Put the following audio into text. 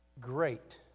great